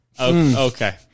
okay